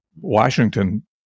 Washington